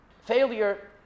failure